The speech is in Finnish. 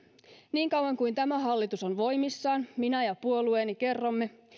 niin kauan kuin tämä hallitus on voimissaan minä ja puolueeni kerromme